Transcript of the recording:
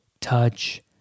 touch